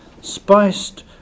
spiced